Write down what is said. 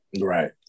Right